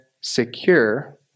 secure